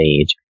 age